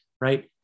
right